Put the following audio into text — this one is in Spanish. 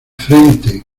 frente